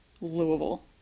Louisville